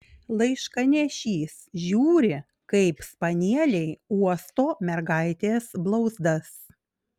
laiškanešys žiūri kaip spanieliai uosto mergaitės blauzdas